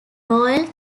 royal